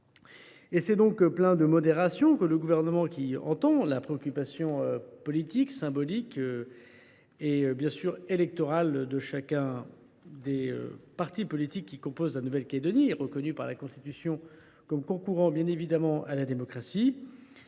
C’est donc avec la modération nécessaire que le Gouvernement, qui entend la préoccupation politique, symbolique et bien sûr électorale de chacun des partis politiques qui composent la Nouvelle Calédonie et qui sont reconnus par la Constitution comme concourant à la démocratie,